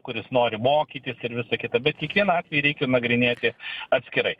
kuris nori mokytis ir visa kita bet kiekvieną atvejį reikia nagrinėti atskirai